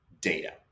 data